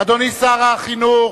אדוני שר החינוך,